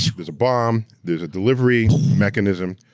so there's a bomb, there's a delivery mechanism,